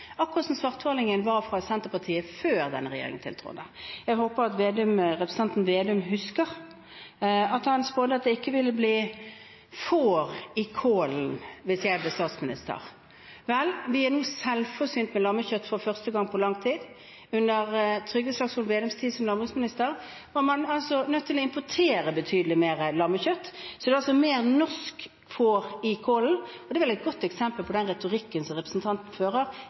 akkurat som svartmalingen fra Senterpartiet før denne regjeringen tiltrådte. Jeg håper at representanten Slagsvold Vedum husker at han spådde at det ikke ville bli får i kålen hvis jeg ble statsminister. Vel, vi er nå selvforsynt med lammekjøtt for første gang på lang tid. Under Trygve Slagsvold Vedums tid som landbruksminister var man nødt til å importere betydelig mer lammekjøtt, så det er altså mer norsk får i kålen. Det er vel et godt eksempel på den retorikken som representanten fører,